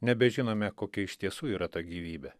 nebežinome kokia iš tiesų yra ta gyvybė